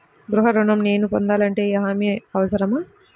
గృహ ఋణం నేను పొందాలంటే హామీ అవసరమా?